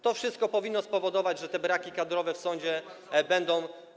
To wszystko powinno spowodować, że te braki kadrowe w sądzie będą.